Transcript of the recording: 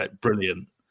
Brilliant